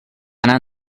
anar